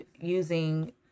using